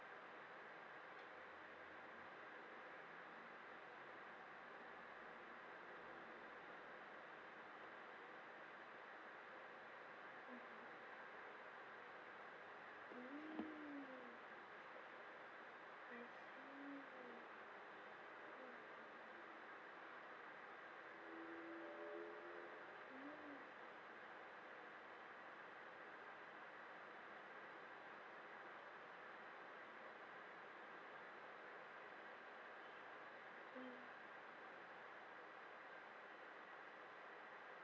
mmhmm mm I see mm mm